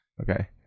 Okay